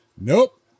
Nope